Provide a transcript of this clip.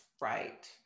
Right